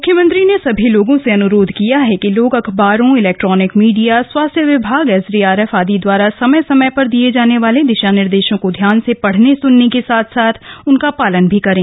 मुख्यमंत्री ने सभी लोगों से अनुरोध किया है कि लोग अखबारों इलेक्ट्रोनिक मीडिया स्वास्थ्य विभाग एसडीआरएफ आदि द्वारा समय समय पर दिये जाने वाले दिशा निर्देशों को ध्यान से पढने सनने के साथ साथ उनका पालन करें